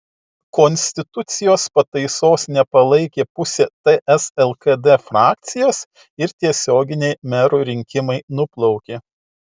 konstitucijos pataisos nepalaikė pusė ts lkd frakcijos ir tiesioginiai merų rinkimai nuplaukė